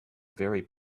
very